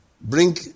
Bring